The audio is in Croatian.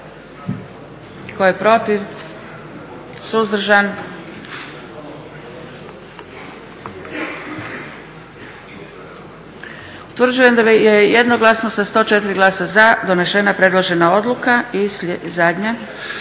Tko je protiv? Suzdržan? Utvrđujem da je jednoglasno sa 104 glasa za donesena predložena odluka. I zadnja.